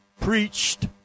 preached